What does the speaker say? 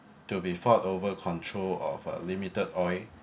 to be fought over control of a limited oil